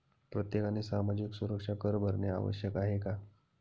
प्रत्येकाने सामाजिक सुरक्षा कर भरणे आवश्यक आहे का?